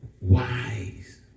wise